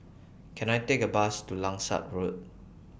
Can I Take A Bus to Langsat Road